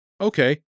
Okay